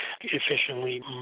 efficiently